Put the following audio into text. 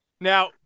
Now